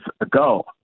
ago